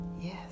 yes